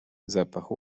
zapach